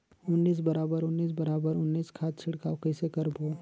उन्नीस बराबर उन्नीस बराबर उन्नीस खाद छिड़काव कइसे करबो?